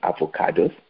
avocados